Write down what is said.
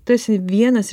tu esi vienas